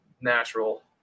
natural